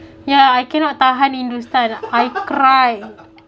yeah I cannot tahan hindu style I cry